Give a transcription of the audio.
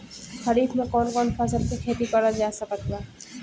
खरीफ मे कौन कौन फसल के खेती करल जा सकत बा?